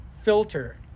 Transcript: filter